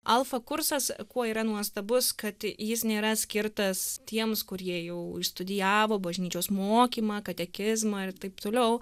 alfa kursas kuo yra nuostabus kad jis nėra skirtas tiems kurie jau išstudijavo bažnyčios mokymą katekizmą ir taip toliau